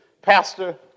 Pastor